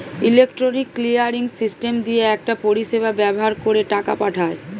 electronic clearing system দিয়ে একটা পরিষেবা ব্যাভার কোরে টাকা পাঠায়